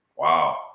Wow